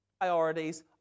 Priorities